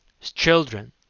Children